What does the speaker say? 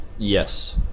Yes